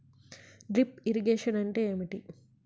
Drip irrigation అంటే ఏమిటి?